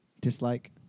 dislike